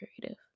creative